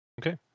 Okay